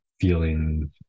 feeling